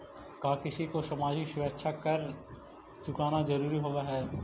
का किसी को सामाजिक सुरक्षा कर चुकाना जरूरी होवअ हई